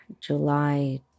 July